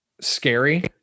scary